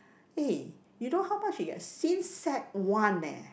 eh you know how much he get since Sec-one eh